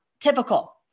typical